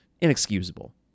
inexcusable